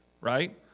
right